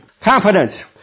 Confidence